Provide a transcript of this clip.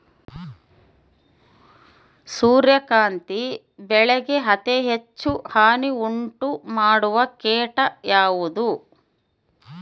ಸೂರ್ಯಕಾಂತಿ ಬೆಳೆಗೆ ಅತೇ ಹೆಚ್ಚು ಹಾನಿ ಉಂಟು ಮಾಡುವ ಕೇಟ ಯಾವುದು?